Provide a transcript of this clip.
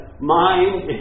mind